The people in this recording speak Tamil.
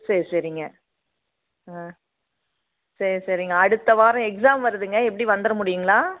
சரி சரிங்க ஆ சரி சரிங்க அடுத்த வாரம் எக்ஸாம் வருதுங்க எப்படி வந்துர முடியுங்களா